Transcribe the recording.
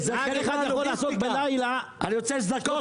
אני רוצה להזדכות